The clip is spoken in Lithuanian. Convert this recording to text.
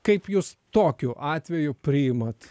kaip jūs tokiu atveju priimat